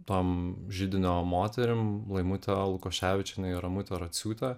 tom židinio moterim laimute lukoševičiene ir ramute raciūte